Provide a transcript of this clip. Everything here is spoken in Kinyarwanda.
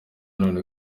none